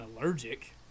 allergic